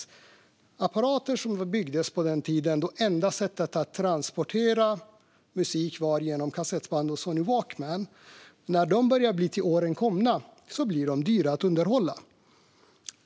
När apparater som byggdes på den tiden då det enda sättet att transportera musik var med kassettband och Sony Walkman börjar bli till åren komna blir de dyra att underhålla.